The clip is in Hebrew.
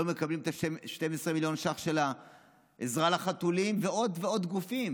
לא מקבלים את 12 מיליון השקלים של העזרה לחתולים ועוד ועוד גופים.